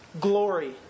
glory